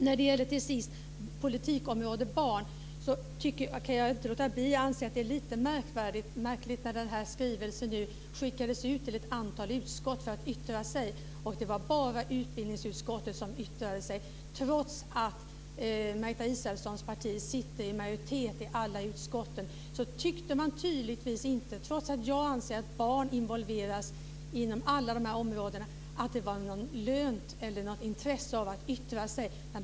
När det gäller politikområde barn kan jag till sist inte låta bli att säga att jag anser att det är lite märkligt att när den här skrivelsen skickades ut till antal utskott för yttranden var det bara utbildningsutskottet som yttrade sig. Trots att Margareta Israelssons parti sitter i majoritet i alla utskotten tyckte man tydligen inte att det var lönt eller fanns något intresse av att yttra sig. Jag anser att barn är involverade på alla de här områdena.